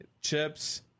chips